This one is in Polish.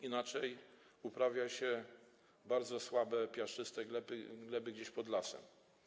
Inaczej uprawia się bardzo słabe piaszczyste gleby gdzieś pod lasem.